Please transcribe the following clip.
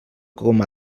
com